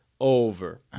over